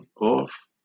off